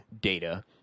data